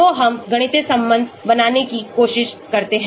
तो हम गणितीय संबंध बनाने की कोशिश करते हैं